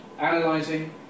analyzing